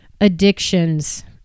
Addictions